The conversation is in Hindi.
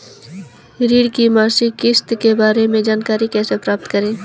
ऋण की मासिक किस्त के बारे में जानकारी कैसे प्राप्त करें?